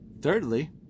Thirdly